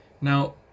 Now